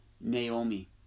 Naomi